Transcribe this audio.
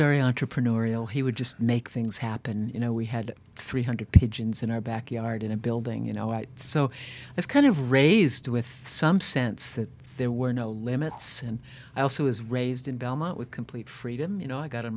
very entrepreneurial he would just make things happen you know we had three hundred pigeons in our backyard in a building you know right so it's kind of raised with some sense that there were no limits and i also was raised in belmont with complete freedom you know i got